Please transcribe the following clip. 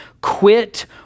Quit